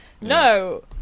no